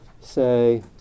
Say